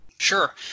Sure